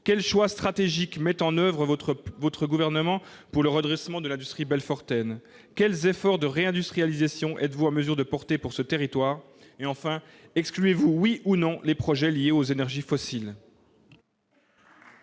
Quels choix stratégiques le Gouvernement met-il en oeuvre pour le redressement de l'industrie belfortaine ? Quels efforts de réindustrialisation êtes-vous en mesure de porter pour ce territoire ? Excluez-vous, oui ou non, les projets liés aux énergies fossiles ?